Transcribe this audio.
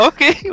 Okay